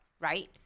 Right